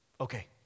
Okay